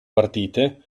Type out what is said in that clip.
partite